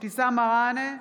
אבתיסאם מראענה,